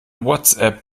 whatsapp